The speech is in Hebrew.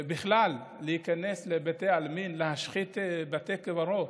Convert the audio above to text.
בכלל, להיכנס לבתי עלמין ולהשחית בתי קברות,